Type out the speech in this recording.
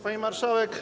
Pani Marszałek!